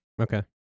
Okay